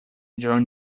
joined